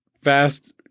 Fast